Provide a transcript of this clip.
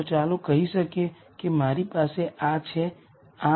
તો ચાલો હું આ લખું